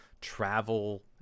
travel